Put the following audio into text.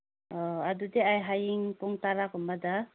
ꯑꯥ ꯑꯗꯨꯗꯤ ꯍꯌꯦꯡ ꯑꯩ ꯄꯨꯡ ꯇꯔꯥꯒꯨꯝꯕꯗ